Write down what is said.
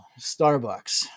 Starbucks